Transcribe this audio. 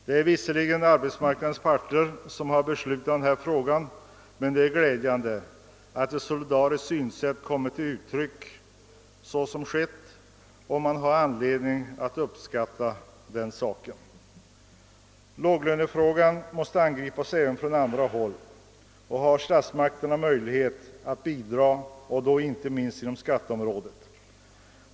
Det är visserligen arbetsmarknadens parter som har beslutat i denna fråga, men det är glädjande att ett solidariskt synsätt har kommit till uttryck såsom skett, och det finns anledning att uppskatta den saken. Låglönefrågan måste angripas även från andra håll. Statsmakterna har möjligheter att bidra härvidlag. inte minst på skatteområdet.